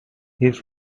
his